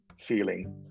feeling